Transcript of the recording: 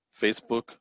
Facebook